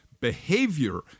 behavior